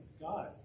God